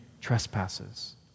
trespasses